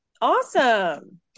Awesome